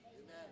Amen